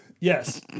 Yes